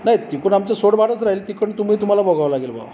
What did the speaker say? नाही तिकडून आमचं सोडभाडंच राहील तिकडून तुम्ही तुम्हाला बघावं लागेल बुवा